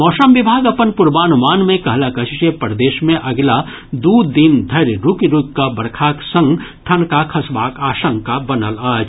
मौसम विभाग अपन पूर्वानुमान मे कहलक अछि जे प्रदेश मे अगिला दू दिन धरि रूकि रूकि कऽ बरखा संग ठनका खसबाक आशंका बनल अछि